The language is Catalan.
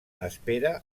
espera